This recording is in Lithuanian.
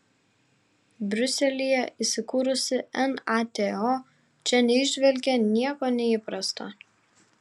briuselyje įsikūrusi nato čia neįžvelgė nieko neįprasto